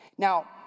Now